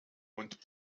und